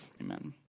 amen